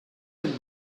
del